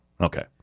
Okay